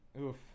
Oof